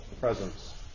presence